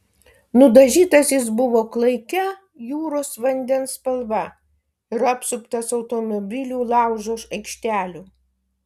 nudažytas jis buvo klaikia jūros vandens spalva ir apsuptas automobilių laužo aikštelių